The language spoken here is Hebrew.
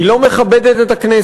היא לא מכבדת את הכנסת,